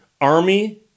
Army